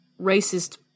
racist